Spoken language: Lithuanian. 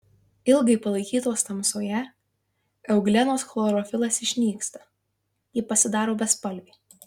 ilgai palaikytos tamsoje euglenos chlorofilas išnyksta ji pasidaro bespalvė